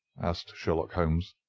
asked sherlock holmes.